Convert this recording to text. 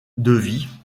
devi